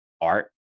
art